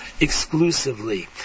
exclusively